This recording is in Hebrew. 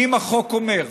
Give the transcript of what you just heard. אם החוק אומר,